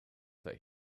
that